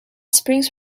springs